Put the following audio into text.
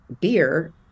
beer